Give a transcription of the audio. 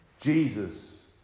Jesus